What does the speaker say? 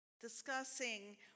discussing